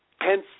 hence